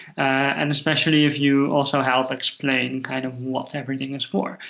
and especially if you also help explain kind of what everything is for.